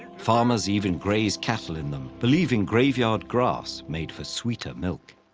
farmers even grazed cattle in them, believing graveyard grass made for sweeter milk.